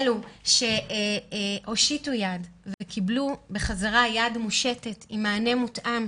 אלו שהושיטו יד וקיבלו בחזרה יד מושטת עם מענה מותאם,